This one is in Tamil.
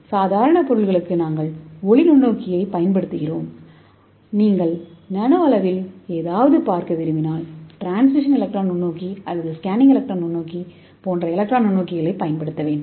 சாதாரண பொருள்களுக்கு நாங்கள் ஒளி நுண்ணோக்கியைப் பயன்படுத்துகிறோம் ஆனால் நீங்கள் நானோஅளவில் ஏதாவது பார்க்கவிரும்பினால் டிரான்ஸ்மிஷன் எலக்ட்ரான் நுண்ணோக்கி அல்லது ஸ்கேனிங்எலக்ட்ரான் நுண்ணோக்கி போன்ற எலக்ட்ரான் நுண்ணோக்கிகளைப் பயன்படுத்தவேண்டும்